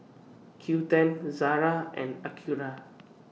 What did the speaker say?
Qoo ten Zara and Acura